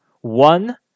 One